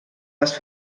les